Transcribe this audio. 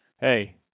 hey